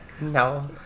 No